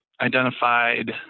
identified